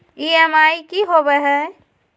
EMI की होवे है?